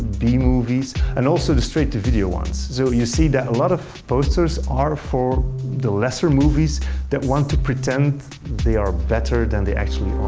b-movies, and also the straight-to-video ones. so you'll see that a lot of posters are for the lesser movies that want to pretend they are better than they actually